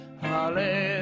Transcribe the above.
Hallelujah